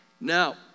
Now